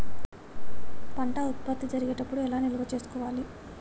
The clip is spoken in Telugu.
పంట ఉత్పత్తి జరిగేటప్పుడు ఎలా నిల్వ చేసుకోవాలి?